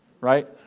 right